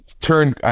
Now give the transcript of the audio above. turn